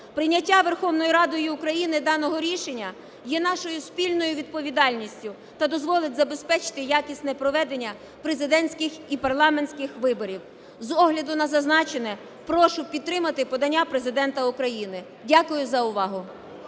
Прийняття Верховною Радою України даного рішення є нашою спільною відповідальністю та дозволить забезпечити якісне проведення президентських і парламентських виборів. З огляду на зазначене, прошу підтримати подання Президента України. Дякую за увагу.